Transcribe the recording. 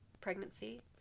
pregnancy